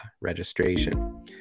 registration